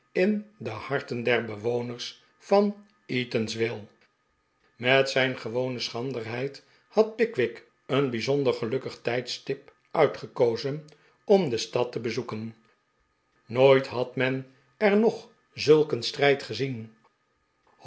in de harten der inwoners van eatanswill met zijn gewone schranderheid had pickwick een bijzonder gelukkig tijdstip uitgekozen om de stad te bezoeken nooit had men er nog zulk een strijd gezien